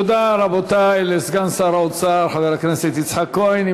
תודה, רבותי, לסגן שר האוצר חבר הכנסת יצחק כהן.